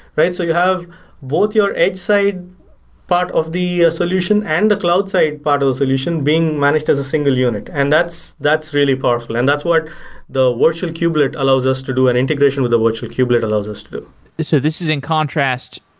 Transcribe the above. right? so you have both your edge side part of the solution and the cloud side part of the solution being managed as a single unit. and that's that's really powerful, and that's what the virtual kubelet allows us to do an integration with the virtual kubelet allows us to do so this is in contrast.